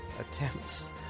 attempts